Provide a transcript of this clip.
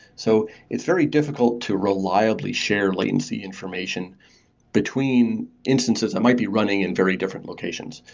so it's very difficult to reliably share latency information between instances that might be running in very different locations.